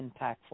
impactful